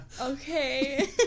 okay